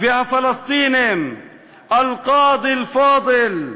והפלסטינים אלקאדי אלפאדל,